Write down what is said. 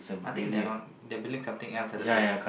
I think their not their building something else at the place